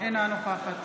אינה נוכחת